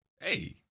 Hey